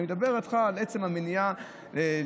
אני מדבר איתך על עצם המניעה להיכנס,